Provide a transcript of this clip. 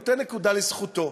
נותן נקודה לזכותו.